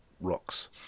Rocks